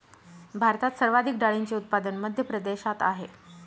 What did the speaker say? भारतात सर्वाधिक डाळींचे उत्पादन मध्य प्रदेशात आहेत